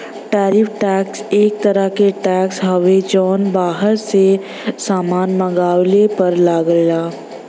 tariff tax एक तरह क टैक्स हउवे जौन बाहर से सामान मंगवले पर लगला